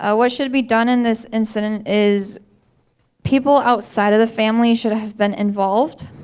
ah what should be done in this incident is people outside of the family should have been involved.